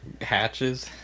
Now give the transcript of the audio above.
hatches